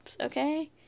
okay